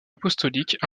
apostolique